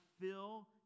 fill